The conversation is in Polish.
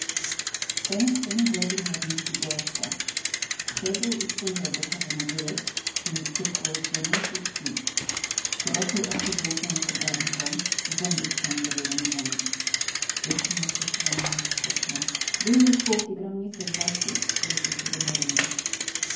szczęściem dyabli nadnieśli błażka wszedł i spojrzał boczawo na wyrek czy piekło drzemie czy śpi zobaczył oczy wyłupione ku garnkom i zęby ścięte w jeden rząd wieczne odpoczywanie szepnął wyjmij z półki gromnicę i zaświeć zwrócił się do maryny